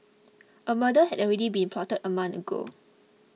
a murder had already been plotted a month ago